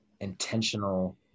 intentional